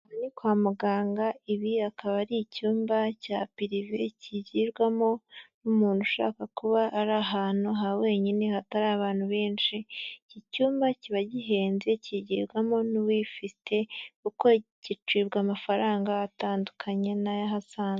Kwa muganga ibi akaba ari icyumba cya pirive kigirwamo n'umuntu ushaka kuba ari ahantu ha wenyine hatari abantu benshi. Icyi cyumba kiba gihenze kigirwarwamo n'uwifite kuko gicibwa amafaranga atandukanye n'ay'ahasanzwe.